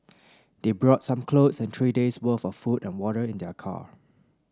they brought some clothes and three days' worth of food and water in their car